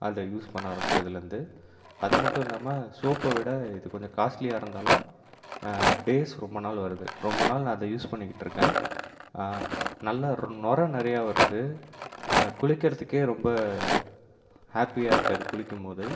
அதை யூஸ் பண்ண ஆரம்பிச்சதுலேருந்து அதுமட்டும் இல்லாமல் சோப்பை விட இது கொஞ்சம் காஸ்ட்லியாக இருந்தாலும் டேஸ் ரொம்ப நாள் வருது ரொம்ப நாள் நான் அதை யூஸ் பண்ணிக்கிட்டு இருக்கேன் நல்லா நொரை நிறைய வருது குளிக்கிறதுக்கே ரொம்ப ஹாப்பியா இருக்குது அது குளிக்கும்போது